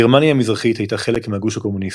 גרמניה המזרחית הייתה חלק מהגוש הקומוניסטי,